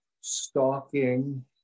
stalking